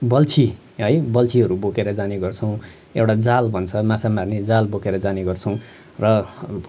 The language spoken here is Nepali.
बल्छी है बल्छीहरू बोकेर जाने गर्छौँ एउटा जाल भन्छ माछा मार्ने जाल बोकेर जानेगर्छौँ र